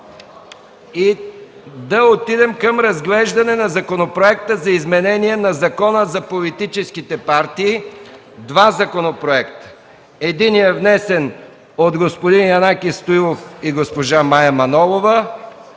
и да отидем към разглеждане на Законопроекта за изменение и допълнение на Закона за политическите партии. Има два законопроекта. Единият е внесен от господин Янаки Стоилов и госпожа Мая Манолова,